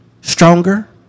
stronger